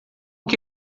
que